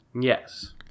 Yes